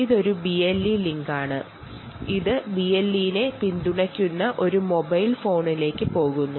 ഇതൊരു BLE ലിങ്കാണ് ഇത് BLE നെ സപ്പോർട്ട് ചെയ്യുന്ന ഒരു മൊബൈൽ ഫോണിലേക്ക് പോകുന്നു